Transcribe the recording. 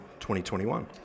2021